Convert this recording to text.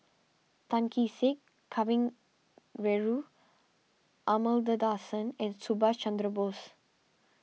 Tan Kee Sek Kavignareru Amallathasan and Subhas Chandra Bose